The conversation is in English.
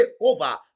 over